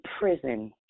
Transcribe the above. prison